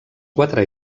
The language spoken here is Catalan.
quatre